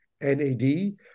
NAD